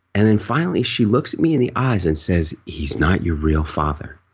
and then finally she looks at me in the eyes and says, he's not your real father.